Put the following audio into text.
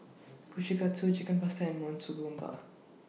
Kushikatsu Chicken Pasta and Monsunabe